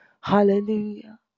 Hallelujah